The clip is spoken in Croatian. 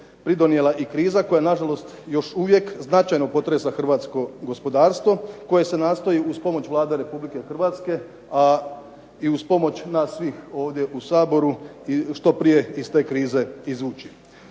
pridonijela i kriza koja nažalost još uvijek značajno potresa hrvatsko gospodarstvo koje se nastoji uz pomoć Vlade RH, a i uz pomoć nas svih ovdje u Saboru što prije iz te krize izvući.